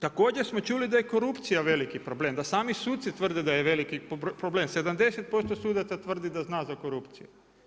Također smo čuli da je korupcija veliki problem, da sami suci tvrde da je veliki problem, 70% sudaca tvrdi da zna za korupciju.